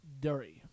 Derry